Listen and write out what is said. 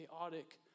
chaotic